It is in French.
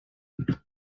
vous